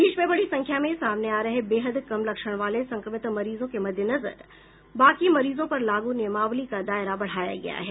देश में बड़ी संख्या में सामने आ रहे बेहद कम लक्षण वाले संक्रमित मरीजों के मद्देनजर बाकी मरीजों पर लागू नियमावली का दायरा बढ़ाया गया है